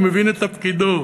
והוא מבין את תפקידו.